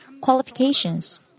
qualifications